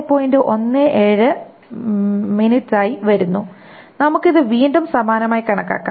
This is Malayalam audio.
17 എംഎസായി വരുന്നു നമുക്ക് ഇത് വീണ്ടും സമാനമായി കണക്കാക്കാം